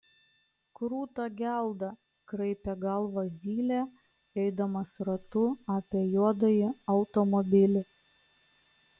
kruta gelda kraipė galvą zylė eidamas ratu apie juodąjį automobilį